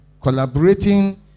Collaborating